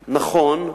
נכון,